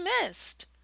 missed